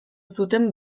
zuten